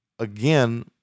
Again